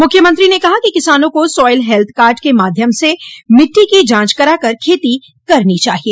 मुख्यमंत्री ने कहा कि किसानों को सॅाइल हेल्थ कार्ड के माध्यम से मिटटी की जाँच कराकर खेती करनी चाहिए